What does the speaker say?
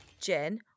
Jen